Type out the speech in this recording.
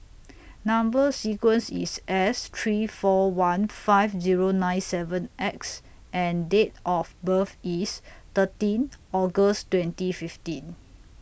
Number sequence IS S three four one five Zero nine seven X and Date of birth IS thirteenth August twenty fifteen